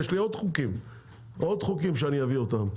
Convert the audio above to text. יש לי עוד חוקים שאני אביא אותם,